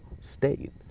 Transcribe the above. state